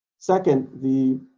second the